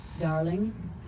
Darling